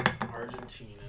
Argentina